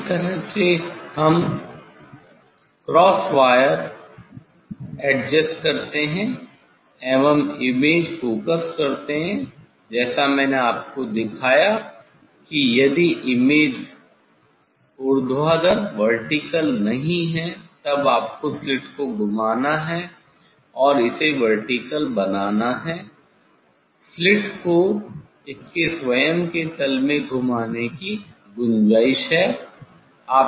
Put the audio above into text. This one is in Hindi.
इस तरह से हम क्रॉस तार एडजस्ट करते हैं एवं इमेज फोकस करते हैं जैसा मैंने आपको दिखाया की यदि इमेज ऊर्ध्वाधर वर्टिकल नहीं है तब आपको स्लिट को घुमाना है और इसे वर्टिकल बनाना है स्लिट को इसके स्वयं के तल में घूमने की गुंजाइश है